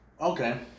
Okay